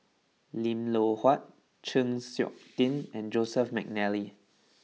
Lim Loh Huat Chng Seok Tin and Joseph McNally